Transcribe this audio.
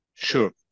Sure